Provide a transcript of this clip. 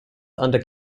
under